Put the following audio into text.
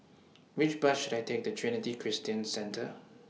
Which Bus should I Take to Trinity Christian Centre